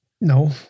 no